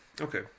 Okay